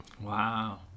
Wow